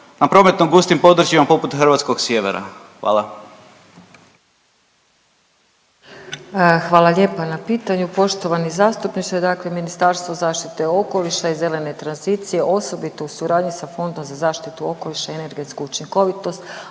na prometom gustim područjima poput hrvatskog sjevera? Hvala. **Vučković, Marija (HDZ)** Hvala lijepa na pitanju poštovani zastupniče. Dakle, Ministarstvo zaštite okoliša i zelene tranzicije osobito u suradnji sa Fondom za zaštitu okoliša i energetsku učinkovitost,